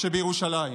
שבירושלים